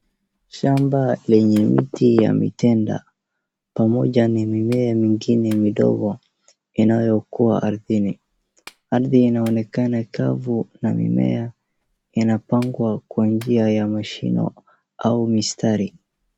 Shamba lenye miti ya mitenda pamoja ni mimea mingine midogo inayokuwa ardhini. Arthi inaonekana kavu na mimea inapangwa kwa njia ya mashimo au mistari.